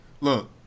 look